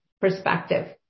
perspective